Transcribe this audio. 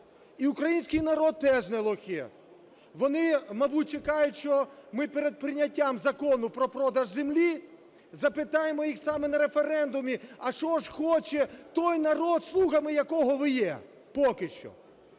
І український народ теж не лохи. Вони, мабуть, чекають, що ми перед прийняттям Закону про продаж землі, запитаємо їх саме на референдумі, а що ж хоче той народ, слугами якого ви є поки що.